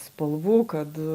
spalvų kad